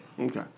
Okay